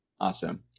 Awesome